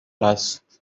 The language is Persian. است